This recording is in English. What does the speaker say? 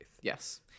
Yes